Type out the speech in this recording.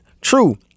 True